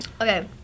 Okay